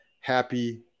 happy